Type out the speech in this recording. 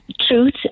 truth